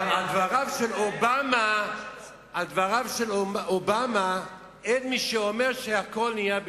אבל על דבריו של אובמה אין מי שאומר "שהכול נהיה בדברו",